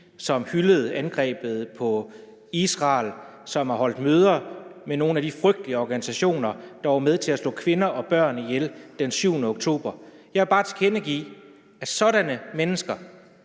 som hyldede angrebet på Israel, og som har holdt møder med nogle af de frygtelige organisationer, der var med til at slå kvinder og børn ihjel den 7. oktober. Jeg må vil tilkendegive, at sådanne mennesker,